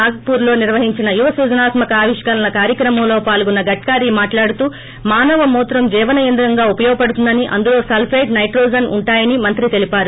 నాగ్పూర్లో నిర్వహించిన యువ సృజనాత్మక ఆవిష్కరణల కార్యక్రమంలో పాల్గొన్స గడ్కరీ మాట్లాడుతూ మానవ్ మూత్రం జీవ ఇంధనంగా ఉపయోగపడుతుందని అందులో సల్సేట్ నైట్రోజన్ ఉంటాయని మంత్రి తెలిపారు